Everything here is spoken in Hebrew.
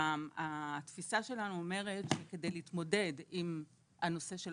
התפיסה שלנו אומרת שכדי להתמודד עם הנושא של